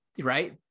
right